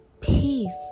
peace